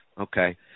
Okay